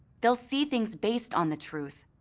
they'll see things based on the truth.